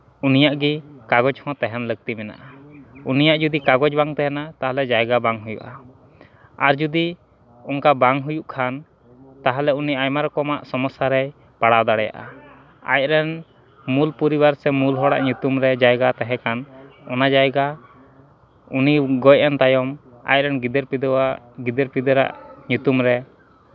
ᱩᱱᱤᱭᱟᱜ ᱜᱮ ᱠᱟᱜᱚᱡᱽ ᱦᱚᱸ ᱛᱟᱦᱮᱱ ᱞᱟᱹᱠᱛᱤ ᱢᱮᱱᱟᱜᱼᱟ ᱩᱱᱤᱭᱟᱜ ᱡᱩᱫᱤ ᱠᱟᱜᱚᱡᱽ ᱵᱟᱝ ᱛᱟᱦᱮᱱᱟ ᱛᱟᱦᱚᱞᱮ ᱡᱟᱭᱜᱟ ᱵᱟᱝ ᱦᱩᱭᱩᱜᱼᱟ ᱟᱨ ᱡᱩᱫᱤ ᱚᱱᱠᱟ ᱵᱟᱝ ᱦᱩᱭᱩᱜ ᱠᱷᱟᱱ ᱛᱟᱦᱚᱞᱮ ᱩᱱᱤ ᱟᱭᱢᱟ ᱨᱚᱠᱚᱢ ᱥᱚᱢᱚᱥᱥᱟ ᱨᱮᱭ ᱯᱟᱲᱟᱣ ᱫᱟᱲᱮᱭᱟᱜᱼᱟ ᱟᱡ ᱨᱮᱱ ᱢᱩᱞ ᱯᱚᱨᱤᱵᱟᱨ ᱥᱮ ᱢᱩᱞ ᱦᱚᱲᱟᱜ ᱧᱩᱛᱩᱢ ᱨᱮ ᱡᱟᱭᱜᱟ ᱛᱟᱦᱮᱸ ᱠᱷᱟᱱ ᱚᱱᱟ ᱡᱟᱭᱜᱟ ᱩᱱᱤ ᱜᱚᱡ ᱮᱱ ᱛᱟᱭᱚᱢ ᱟᱡ ᱨᱮᱱ ᱜᱤᱫᱟᱹᱨᱼᱯᱤᱫᱟᱹᱨ ᱟᱜ ᱧᱩᱛᱩᱢ ᱨᱮ